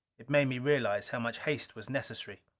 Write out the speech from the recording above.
it made me realize how much haste was necessary.